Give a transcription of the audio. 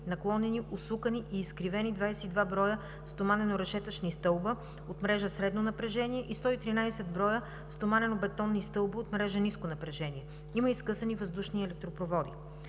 наклонени, усукани и изкривени 22 броя стоманено решетъчни стълбове от мрежа средно напрежение и 113 броя стоманено-бетонни стълбове от мрежа ниско напрежение. Има и скъсани въздушни електропроводи.